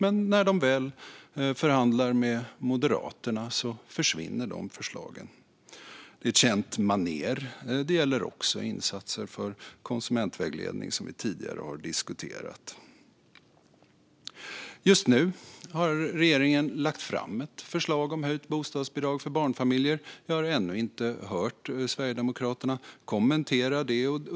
Men när de väl förhandlar med Moderaterna försvinner de förslagen. Det är ett känt manér. Det gäller också insatser för konsumentvägledning, som vi tidigare har diskuterat. Just nu har regeringen lagt fram ett förslag om höjt bostadsbidrag för barnfamiljer. Jag har ännu inte hört Sverigedemokraterna kommentera det.